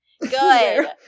good